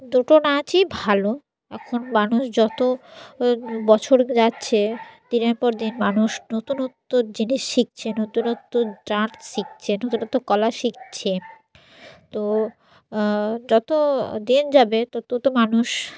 দুটো নাচই ভালো এখন মানুষ যত বছর যাচ্ছে দিনের পর দিন মানুষ নতুনত্ব জিনিস শিখছে নতুনত্ব ডান্স শিখছে নতুনত্ব কলা শিখছে তো যত দিন যাবে তত তো মানুষ